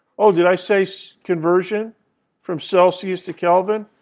ah did i say so conversion from celsius to kelvin?